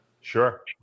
Sure